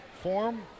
form